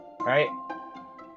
right